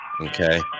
okay